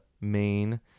main